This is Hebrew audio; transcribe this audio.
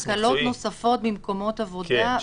הקלות נוספות במקומות עבודה.